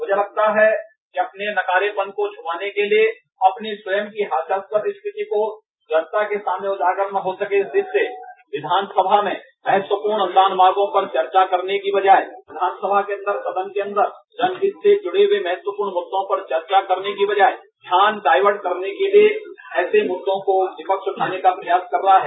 मूझे लगता है कि अपने नकारनेपन को छुपाने के लिए अपनी स्वयं की हास्यपद स्थिति को जनता के सामने उजागर न हो सके इससे विचानसभा में महत्वपूर्ण अनुदान मांगों पर वर्चा करने के बजाय विचानसभा के अन्दर सदन के अन्दर जनहित से जुड़े महत्वपूर्ण मुद्दों पर चर्चा करने के बजाय ध्यान डायवर्ट करने के लिए ऐसे मुद्दे विपक्ष उठाने का प्रयास कर रहा है